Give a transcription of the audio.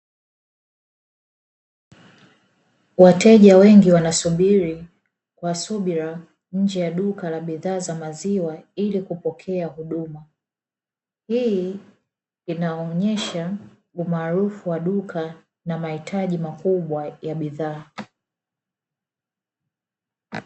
Wateja wengi wanasubiri kwa subira nje ya duka la bidhaa za maziwa, ili kupokea huduma. Hii inaonyesha umaarufu wa duka na mahitaji makubwa ya bidhaa.